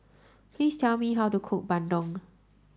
please tell me how to cook Bandung